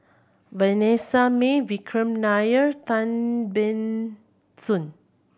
Vanessa Mae Vikram Nair Tan Ban Soon